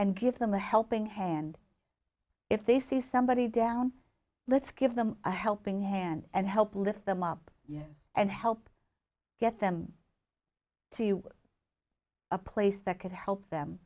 and give them a helping hand if they see somebody down let's give them a helping hand and help lift them up yes and help get them to a place that could help them